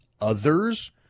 others